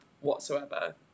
whatsoever